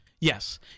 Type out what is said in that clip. Yes